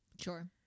Sure